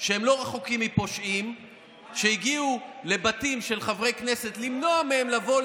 שהם לא רחוקים מפושעים שהגיעו לבתים של חברי כנסת כדי למנוע מהם לבוא,